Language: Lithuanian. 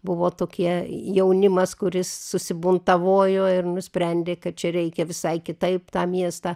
buvo tokie jaunimas kuris susibuntavojo ir nusprendė kad čia reikia visai kitaip tą miestą